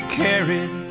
carried